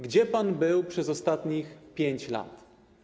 Gdzie pan był przez ostatnich 5 lat?